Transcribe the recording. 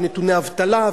ונתוני אבטלה,